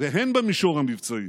והן במישור המבצעי,